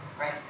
right